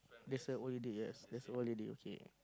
there's a old lady yes there's a old lady okay